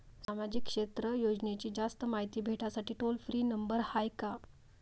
सामाजिक क्षेत्र योजनेची जास्त मायती भेटासाठी टोल फ्री नंबर हाय का?